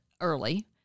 early